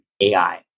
AI